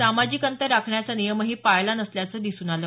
सामाजिक अंतर राखण्याचा नियमही पाळला नसल्याचं दिसून आलं